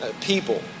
people